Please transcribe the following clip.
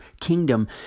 kingdom